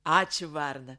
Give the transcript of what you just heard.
ačiū varna